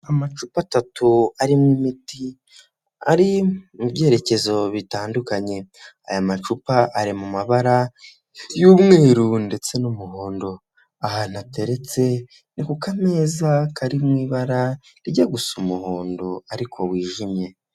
Amacupa atatu arimo imiti ari mu byerekezo bitandukanye. Aya macupa ari mu mabara y'umweru ndetse n'umuhondo. Ahantu ateretse ni ku kameza kari mu ibara rijya gusa umuhondo ariko wijimye.